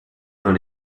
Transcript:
dans